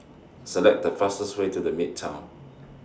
Select The fastest Way to The Midtown